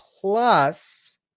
plus